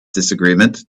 disagreement